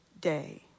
day